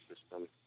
system